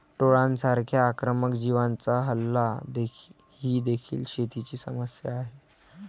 टोळांसारख्या आक्रमक जीवांचा हल्ला ही देखील शेतीची समस्या आहे